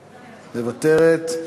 מוותרת.